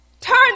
turn